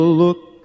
look